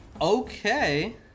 Okay